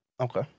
Okay